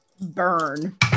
Burn